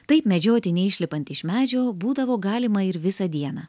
taip medžioti neišlipant iš medžio būdavo galima ir visą dieną